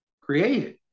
created